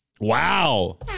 Wow